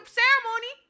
ceremony